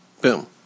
Boom